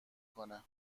کنه